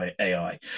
ai